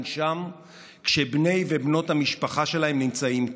שם כשבני ובנות המשפחה שלהם נמצאים כאן.